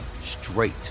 straight